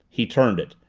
he turned it.